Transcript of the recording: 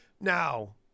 Now